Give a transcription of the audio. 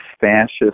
fascist